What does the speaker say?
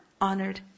honored